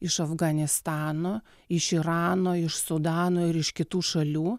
iš afganistano iš irano iš sudano ir iš kitų šalių